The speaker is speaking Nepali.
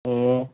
ए